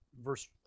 verse